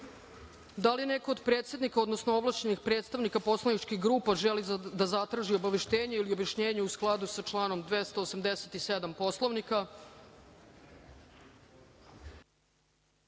li neko od predsednika odnosno ovlašćenih predstavnika poslaničkih grupa želi da zatraži obaveštenje ili objašnjenje, u skladu sa članom 287. Poslovnika? Izvolite,